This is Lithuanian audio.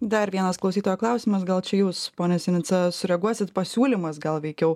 dar vienas klausytojo klausimas gal čia jūs pone sinica sureaguosit pasiūlymas gal veikiau